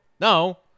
No